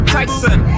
Tyson